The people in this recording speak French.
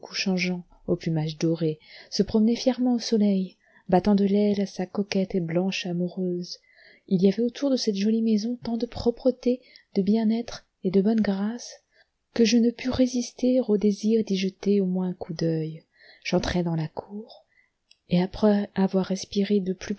au plumage doré se promenait fièrement au soleil battant de l'aile sa coquette et blanche amoureuse il y avait autour de cette jolie maison tant de propreté de bien-être et de bonne grâce que je ne pus résister au désir d'y jeter au moins un coup d'oeil j'entrai dans la cour et après avoir respiré de plus